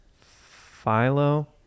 Philo